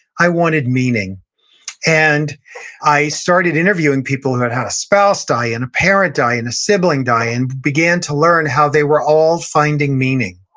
i wanted meaning and i started interviewing people who had had a spouse die and a parent die and a sibling die, and began to learn how they were all finding meaning.